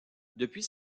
depuis